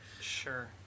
Sure